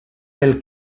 pel